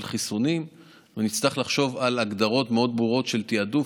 חיסונים ונצטרך לחשוב על הגדרות מאוד ברורות של תעדוף,